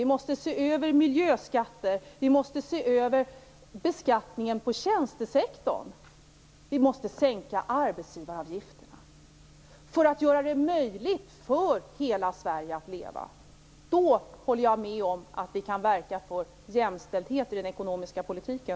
Vi måste se över miljöskatterna, vi måste se över beskattningen på tjänstesektorn och vi måste sänka arbetsgivaravgifterna - för att göra det möjligt för hela Sverige att leva. Då håller jag med om att vi kan verka för jämställdhet i den ekonomiska politiken.